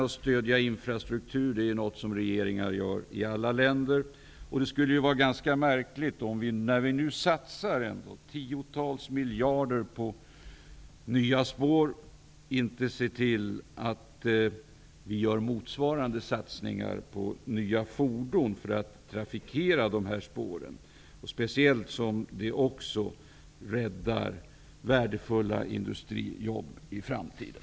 Att stödja infrastruktur är ju något som regeringar i alla länder gör. Det skulle vara ganska märkligt om vi, nu när vi ändå satsar tiotals miljarder kronor på nya spår, inte ser till att motsvarande satsningar på nya fordon görs för att trafikera dessa spår, särskilt som det också räddar värdefulla industrijobb i framtiden.